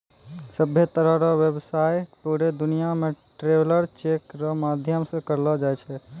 सभ्भे तरह रो व्यवसाय पूरे दुनियां मे ट्रैवलर चेक रो माध्यम से करलो जाय छै